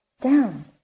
down